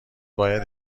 باید